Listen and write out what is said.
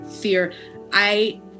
fear—I